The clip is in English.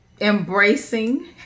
embracing